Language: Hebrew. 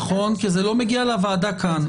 נכון, כי זה לא מגיע לוועדה כאן.